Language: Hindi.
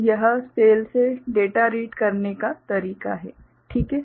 तो यह सेल से डेटा रीड करने का तरीका है ठीक है